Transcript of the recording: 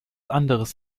anderes